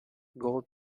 gold